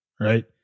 right